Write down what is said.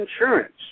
Insurance